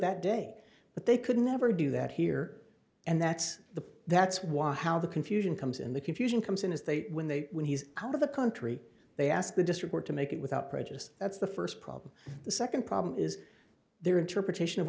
that day but they could never do that here and that's the that's why how the confusion comes in the confusion comes in is they when they when he's out of the country they ask the district or to make it without prejudice that's the first problem the second problem is their interpretation of